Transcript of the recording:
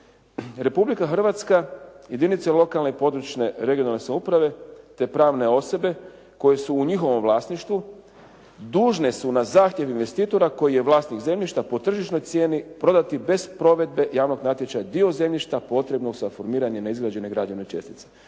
“Republika Hrvatska, jedinice lokalne i područne (regionalne) samouprave, te pravne osobe koje su u njihovom vlasništvu dužne su na zahtjev investitora koji je vlasnik zemljišta po tržišnoj cijeni prodati bez provedbe javnog natječaja dio zemljišta potrebnog za formiranje neizgrađene građevne čestice.“